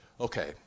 Okay